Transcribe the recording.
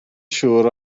siŵr